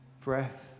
breath